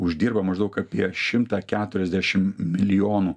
uždirba maždaug apie šimtą keturiasdešim milijonų